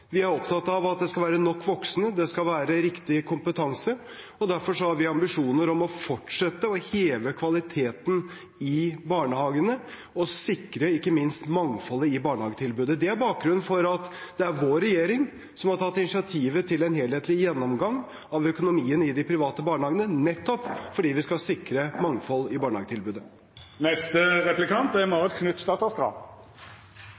Vi er opptatt av at det skal være nok voksne. Det skal være riktig kompetanse. Derfor har vi ambisjoner om å fortsette å heve kvaliteten i barnehagene og sikre ikke minst mangfoldet i barnehagetilbudet. Det er bakgrunnen for at det er vår regjering som har tatt initiativet til en helhetlig gjennomgang av økonomien i de private barnehagene, nettopp fordi vi skal sikre mangfold i barnehagetilbudet. Ja, vi kan glede oss over at Norge er